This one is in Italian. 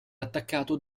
attaccato